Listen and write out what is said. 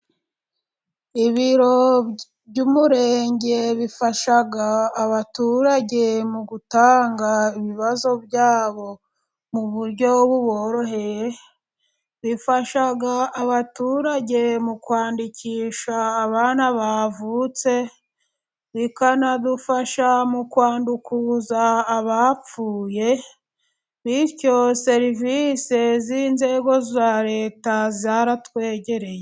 Ibiro by'umurenge bifasha abaturage mu gutanga ibibazo byabo mu buryo buboroheye, bifasha abaturage mu kwandikisha abana bavutse, bikanadufasha mu kwandukuza abapfuye. Bityo, serivisi z'inzego za Leta zaratwegereye.